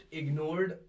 ignored